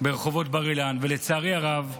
ברחוב בר-אילן, ולצערי הרב,